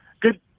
Good